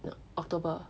october